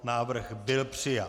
Návrh byl přijat.